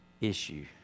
issue